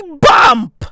bump